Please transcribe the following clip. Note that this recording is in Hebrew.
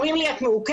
אומרים לי את מעוכבת,